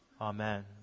Amen